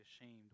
ashamed